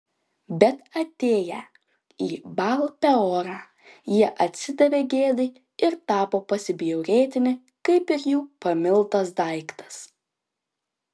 bet atėję į baal peorą jie atsidavė gėdai ir tapo pasibjaurėtini kaip ir jų pamiltas daiktas